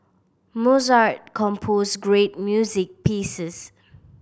Mozart composed great music pieces